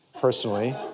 personally